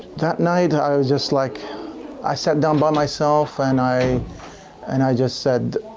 that night i was just like i sat down. by myself and i and i just said,